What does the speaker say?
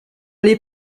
les